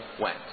went